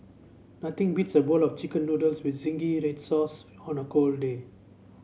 nothing beats a bowl of chicken noodles with zingy red sauce on a cold day